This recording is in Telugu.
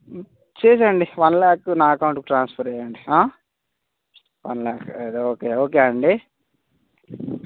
చేయండి వన్ ల్యాక్ నా అకౌంటీకి ట్రాన్స్ఫర్ చేయండి వన్ ల్యాక్ ఏదో ఓకే ఓకే అండి